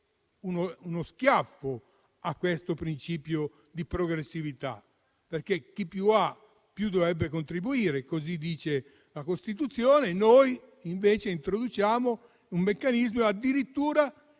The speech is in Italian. uno schiaffo a questo principio di progressività. Chi più ha, infatti, più dovrebbe contribuire, così dice la Costituzione. Noi invece introduciamo un meccanismo che